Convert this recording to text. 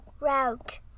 route